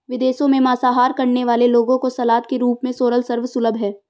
विदेशों में मांसाहार करने वाले लोगों को सलाद के रूप में सोरल सर्व सुलभ है